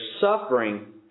suffering